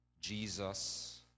Jesus